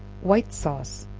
white sauce.